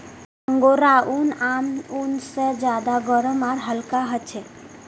angora ऊन आम ऊन से ज्यादा गर्म आर हल्का ह छे